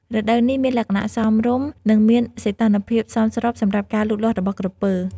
រដូវនេះមានលក្ខណៈសមរម្យ និងមានសីតុណ្ហភាពសមស្របសម្រាប់ការលូតលាស់របស់ក្រពើ។